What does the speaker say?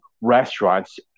restaurants